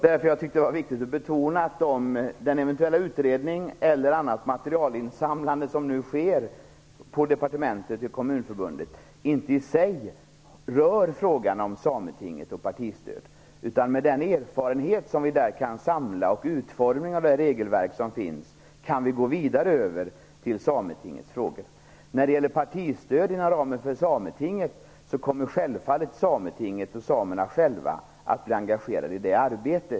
Herr talman! Den eventuella utredning eller annat materialinsamlande som nu sker på departementet och i Kommunförbundet rör inte i sig frågan om Sametinget och partistödet. Med den erfarenhet som vi där kan samla och med hänsyn till utformningen av det regelverk som finns kan vi gå vidare över till Sametingets frågor. När det gäller partistödet inom ramen för sametinget kommer sametinget och samerna själva att bli engagerade i det arbetet.